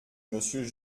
monsieur